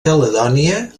caledònia